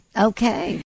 Okay